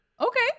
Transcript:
okay